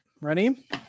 Ready